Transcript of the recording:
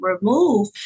remove